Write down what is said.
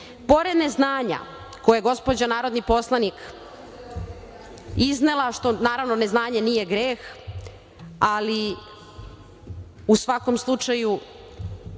neznanja koje gospođa narodni poslanik iznela, što naravno, neznanje nije greh, ali u svakom slučaju